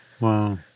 wow